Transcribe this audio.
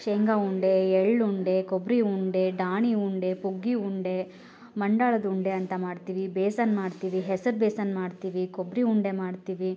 ಶೇಂಗ ಉಂಡೆ ಎಳ್ಳುಂಡೆ ಕೊಬ್ಬರಿ ಉಂಡೆ ಡಾನಿ ಉಂಡೆ ಪುಗ್ಗಿ ಉಂಡೆ ಮಂಡಳದ ಉಂಡೆ ಅಂತ ಮಾಡ್ತೀವಿ ಬೇಸನ್ ಮಾಡ್ತೀವಿ ಹೆಸರು ಬೇಸನ್ ಮಾಡ್ತೀವಿ ಕೊಬ್ಬರಿ ಉಂಡೆ ಮಾಡ್ತೀವಿ